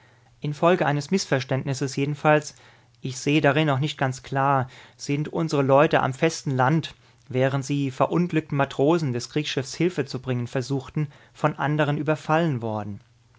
infolge eines mißverständnisses jedenfalls ich sehe darin noch nicht ganz klar sind unsre leute am festen land während sie verunglückten matrosen des kriegsschiffs hilfe zu bringen versuchten von anderen überfallen worden